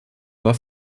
war